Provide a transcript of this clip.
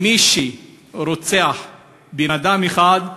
מי שרוצח בן-אדם אחד,